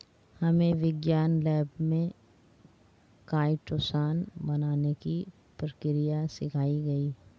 हमे विज्ञान लैब में काइटोसान बनाने की प्रक्रिया सिखाई गई